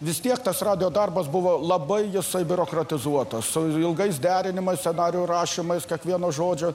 vis tiek tas radijo darbas buvo labai jisai biurokratizuotas ilgais derinimais scenarijų rašymais kad vienu žodžiu